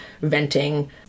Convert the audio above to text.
venting